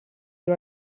you